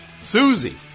Susie